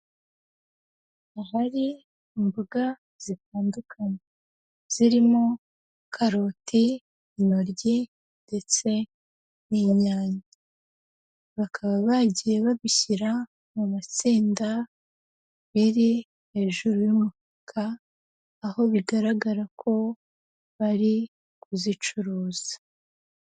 Ahari imboga zitandukanye zirimo: karoti, intoryi, ndetse n'inyanya. Bakaba bagiye babishyira mu matsinda, biri hejuru y'umufuka, aho bigaragara ko bari kuzicuruza.